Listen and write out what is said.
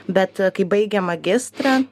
bet kai baigėm magistrą